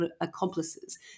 accomplices